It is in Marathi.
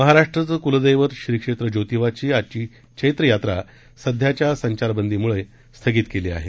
महाराष्ट्राचे कुलदैवत श्रीक्षेत्र ज्योतिबा ची आजची चैत्र यात्रा सध्याच्या संचारबंदी मूळही स्थगित करण्यात आली आहे